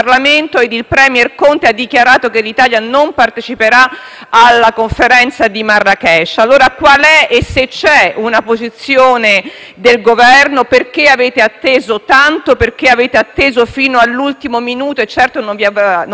alla Conferenza di Marrakech. Allora, qual è, e se c'è, una posizione del Governo? Perché avete atteso tanto? Perché avete atteso fino all'ultimo minuto? Certo, non era una sorpresa la sottoscrizione del Global compact. Quali